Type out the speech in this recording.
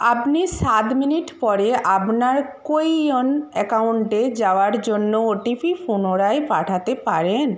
আপনি সাত মিনিট পরে আপনার কোউইন অ্যাকাউন্টে যাওয়ার জন্য ওটিপি পুনরায় পাঠাতে পারেন